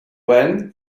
when